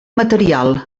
material